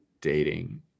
dating